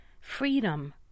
Freedom